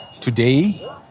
today